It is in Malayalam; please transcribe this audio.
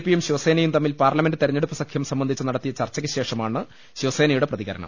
പി യും ശിവസേനയും തമ്മിൽ പാർലമെന്റ് തെരഞ്ഞെടുപ്പ് സഖ്യം സംബന്ധിച്ച് നടത്തിയ ചർച്ചയ്ക്ക് ശേഷമാണ് ശിവസേനയുടെ പ്രതികരണം